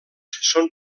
són